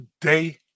day